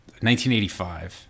1985